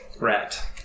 rat